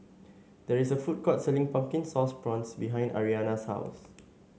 there is a food court selling Pumpkin Sauce Prawns behind Ariana's house